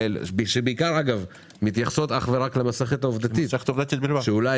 שמתייחסות בעיקר אך ורק למסכת העובדתית שאולי